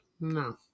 No